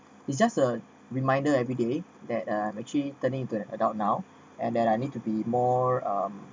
it's just a reminder everyday that uh actually turning to an adult now and then I need to be more um